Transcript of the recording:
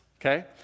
okay